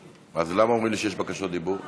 אז למה אומרים לי שיש בקשות דיבור?